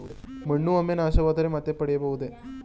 ಮಣ್ಣು ಒಮ್ಮೆ ನಾಶವಾದರೆ ಮತ್ತೆ ಪಡೆಯಬಹುದೇ?